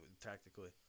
tactically